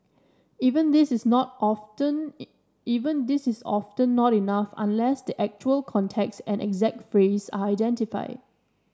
even this is not often even this is often not enough unless the actual context and exact phrase are identified